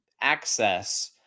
access